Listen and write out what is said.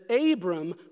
Abram